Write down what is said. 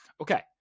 okay